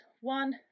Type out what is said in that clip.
one